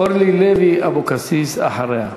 אורלי לוי אבקסיס אחריה.